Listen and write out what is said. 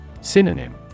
Synonym